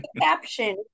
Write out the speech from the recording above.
caption